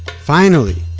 finally,